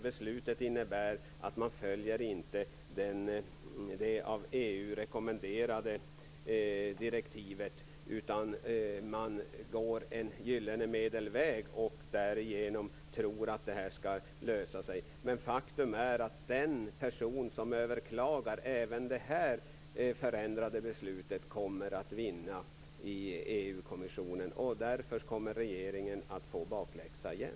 Beslutet innebär att man inte följer det av EU rekommenderade direktivet utan att man går en gyllene medelväg och tror att detta skall lösa sig. Men faktum är att den person som överklagar även detta förändrade beslut kommer att vinna i EU kommissionen. Därför kommer regeringen att få bakläxa igen.